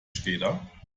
später